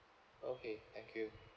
okay thank you